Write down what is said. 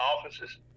offices